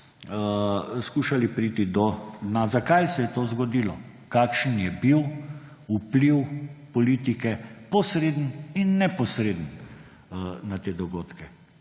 skušali priti do odgovora, zakaj se je to zgodilo, kakšen je bil vpliv politike, posreden in neposreden, na te dogodke.